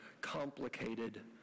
complicated